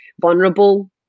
vulnerable